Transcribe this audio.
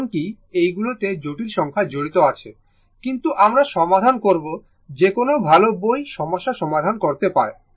কারণ কি এইগুলোতে জটিল সংখ্যা জড়িত আছে কিন্তু আমরা সমাধান করব যে কোনও ভাল বই সমস্যার সমাধান করতে পারে